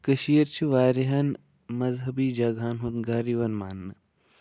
کٔشیٖر چھِ واریاہَن مَذہَبی جگہَن ہُند گرٕ یِوان ماننہٕ